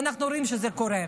ואנחנו רואים שזה קורה.